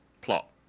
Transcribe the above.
Plot